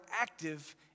active